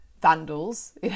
vandals